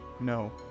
no